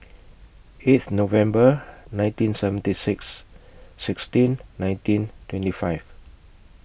eighth November nineteen seventy six sixteen nineteen twenty five